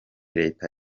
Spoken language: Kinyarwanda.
leta